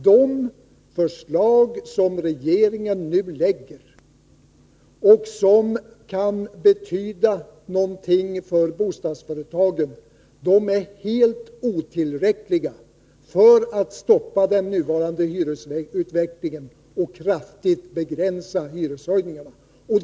De förslag som regeringen nu lägger fram och som kan betyda någonting för bostadsföretagen är helt otillräckliga för att stoppa den nuvarande hyresutvecklingen och kraftigt begränsa hyreshöjningarna.